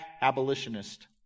abolitionist